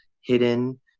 hidden